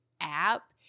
app